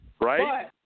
Right